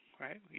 right